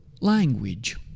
Language